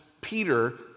Peter